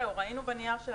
ראינו בנייר שלכם.